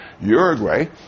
Uruguay